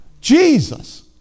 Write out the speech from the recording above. Jesus